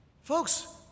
Folks